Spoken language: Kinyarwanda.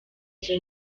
izo